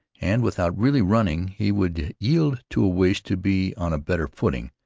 and, without really running, he would yield to a wish to be on a better footing,